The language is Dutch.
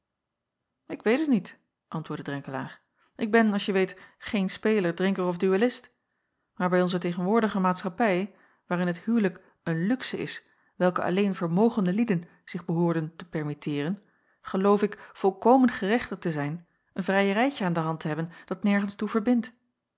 ik weet het niet antwoordde drenkelaer ik ben als je weet geen speler drinker of duellist maar bij onze tegenwoordige maatschappij waarin het huwelijk een luxe is welken alleen vermogende lieden zich behoorden te permitteeren geloof ik volkomen gerechtigd te zijn een vrijerijtje aan de hand te hebben dat nergens toe verbindt